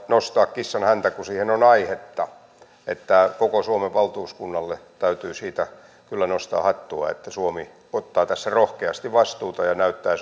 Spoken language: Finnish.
nostaa kissan häntä kun siihen on aihetta eli koko suomen valtuuskunnalle täytyy siitä kyllä nostaa hattua että suomi ottaa tässä rohkeasti vastuuta ja näyttää